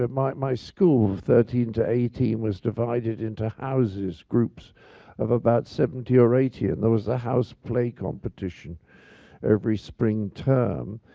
but my my school, thirteen to eighteen, was divided into houses, groups of about seventy or eighty. and there was the house play competition every spring term.